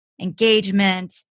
engagement